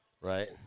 Right